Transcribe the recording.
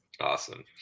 Awesome